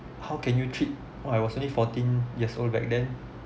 how can you treat what I was only fourteen years old back then